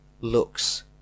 looks